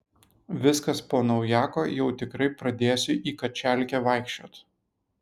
viskas po naujako jau tikrai pradėsiu į kačialkę vaikščiot